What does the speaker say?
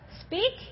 speak